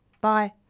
Bye